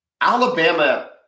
Alabama